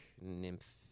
nymph